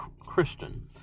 christian